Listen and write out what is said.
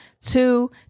Two